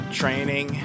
training